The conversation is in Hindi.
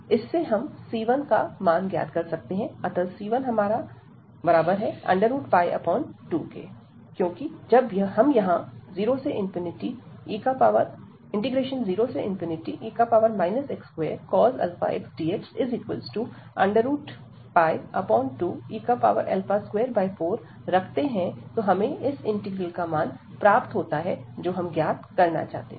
इससे हम c1 का मान ज्ञात कर सकते हैं अतः c1 2 है क्योंकि जब हम यहां 0e x2 αx dx2e 24 रखते हैं तो हमें इस इंटीग्रल का मान प्राप्त होता है जो हम ज्ञात करना चाहते थे